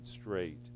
straight